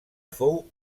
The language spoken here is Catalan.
fou